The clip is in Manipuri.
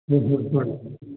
ꯍꯣꯏ ꯍꯣꯏ ꯍꯣꯏ